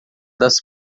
das